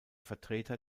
vertreter